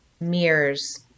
mirrors